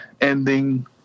ending